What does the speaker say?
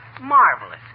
marvelous